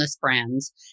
brands